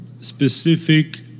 specific